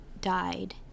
died